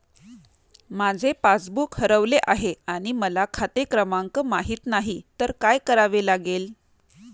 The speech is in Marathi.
माझे पासबूक हरवले आहे आणि मला खाते क्रमांक माहित नाही तर काय करावे लागेल?